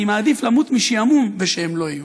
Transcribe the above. אני מעדיף למות משעמום ושהם לא יהיו.